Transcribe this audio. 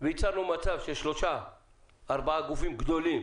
ויצרנו מצב ששלושה-ארבעה גופים גדולים